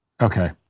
Okay